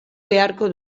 beharko